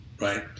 right